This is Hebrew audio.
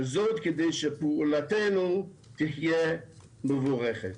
וזאת כדי שפעולתנו תהיה מבורכת.